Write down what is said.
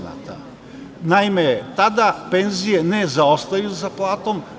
Naime, tada penzije ne zaostaju za platom.